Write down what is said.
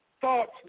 thoughts